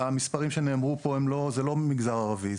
המספרים שנאמרו פה זה לא המגזר הערבי,